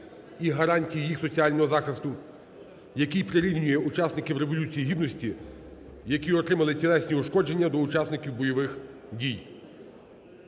і гарантії їх соціального захисту", який прирівнює учасників Революції Гідності, які отримали тілесні ушкодження, до учасників бойових дій.